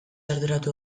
arduratu